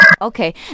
Okay